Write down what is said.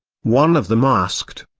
one of them asked,